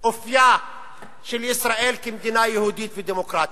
אופיה של ישראל כמדינה יהודית ודמוקרטית?